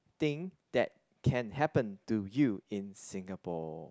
thing that can happen to you in Singapore